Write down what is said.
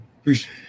Appreciate